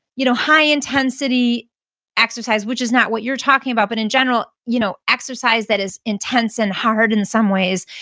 you know high intensity exercise, which is not what you're talking about, but in general, you know exercise that is intense and hard in some ways,